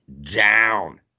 down